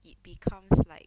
it becomes like